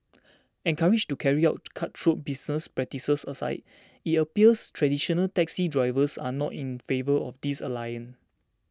encouraged to carry out cutthroat business practices aside it appears traditional taxi drivers are not in favour of this alliance